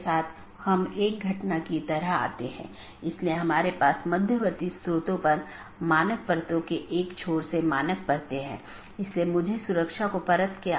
BGP के संबंध में मार्ग रूट और रास्ते पाथ एक रूट गंतव्य के लिए पथ का वर्णन करने वाले विशेषताओं के संग्रह के साथ एक गंतव्य NLRI प्रारूप द्वारा निर्दिष्ट गंतव्य को जोड़ता है